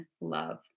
Love